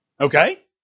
Okay